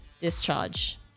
discharge